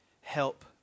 help